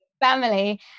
family